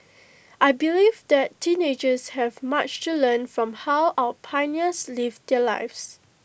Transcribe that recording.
I believe that teenagers have much to learn from how our pioneers lived their lives